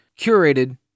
curated